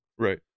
Right